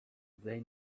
they